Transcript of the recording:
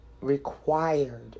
required